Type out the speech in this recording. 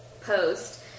post